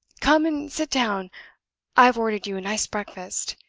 come and sit down i've ordered you a nice breakfast.